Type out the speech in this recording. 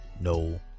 no